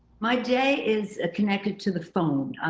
my day is connected to the phone.